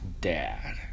dad